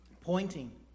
pointing